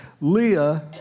Leah